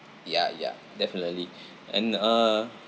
ya ya definitely and uh